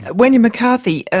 wendy mccarthy,